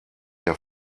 der